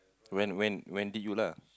when when when did you lah